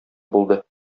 булды